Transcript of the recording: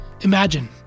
Imagine